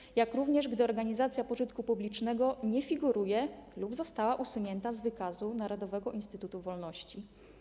Dzieje się tak również wtedy, gdy organizacja pożytku publicznego nie figuruje lub została usunięta z wykazu Narodowego Instytutu Wolności.